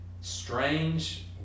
strange